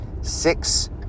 six